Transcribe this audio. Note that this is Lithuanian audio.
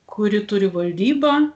kuri turi valdybą